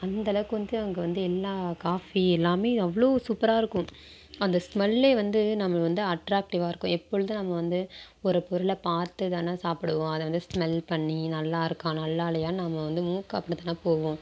அந்த அளவுக்கு வந்து அங்கே வந்து எல்லா காஃபி எல்லாமே அவ்வளோ சூப்பராக இருக்கும் அந்த ஸ்மெல்லே வந்து நம்மளை வந்து அட்ராக்டிவ்வாக இருக்கும் எப்பொழுதும் நம்ம வந்து ஒரு பொருளை பார்த்து தானே சாப்பிடுவோம் அதை வந்து ஸ்மெல் பண்ணி நல்லா இருக்கா நல்லா இல்லையா நாம வந்து மூக்காப்புல தானே போகும்